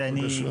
אני,